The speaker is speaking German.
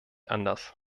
anders